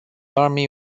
army